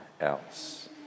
else